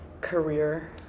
career